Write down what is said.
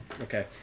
Okay